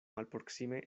malproksime